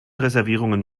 reservierungen